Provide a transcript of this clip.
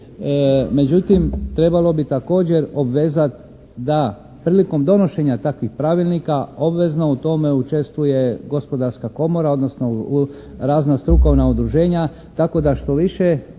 Međutim trebalo bi također obvezati da prilikom donošenja takvih pravilnika obvezno u tome učestvuje Gospodarska komora odnosno u, razna strukovna udruženja tako da što više,